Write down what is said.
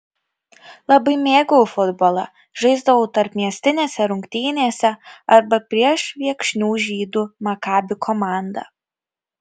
labai mėgau futbolą žaisdavau tarpmiestinėse rungtynėse arba prieš viekšnių žydų makabi komandą